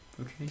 Okay